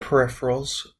peripherals